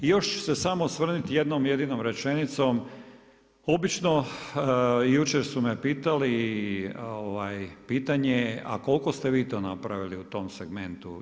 I još ću se samo osvrnuti jednom jedinom rečenicom, obično jučer su me pitali pitanje, a koliko ste vi to napravili u tom segmentu.